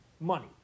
Money